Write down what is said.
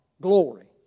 glory